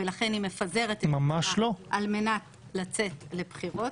ולכן היא מפזרת אותה על מנת לצאת לבחירות.